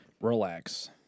relax